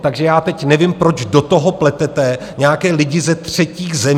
Takže teď nevím, proč do toho pletete nějaké lidi ze třetích zemí.